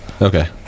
Okay